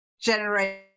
generate